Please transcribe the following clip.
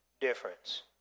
difference